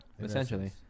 essentially